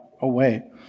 away